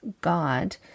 God